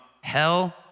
hell